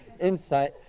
insight